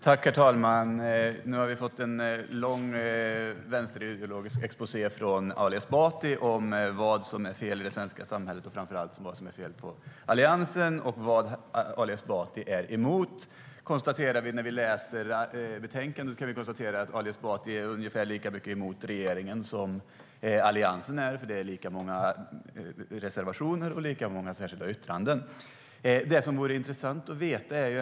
Herr talman! Nu har vi fått en lång vänsterideologisk exposé från Ali Esbati om vad som är fel i det svenska samhället och framför allt vad som är fel på Alliansen och vad Ali Esbati är emot. När vi läser betänkandet kan vi konstatera att Ali Esbati är ungefär lika mycket emot regeringen som Alliansen, för det är lika många reservationer och lika många särskilda yttranden. Det är något som vore intressant att veta.